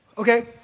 Okay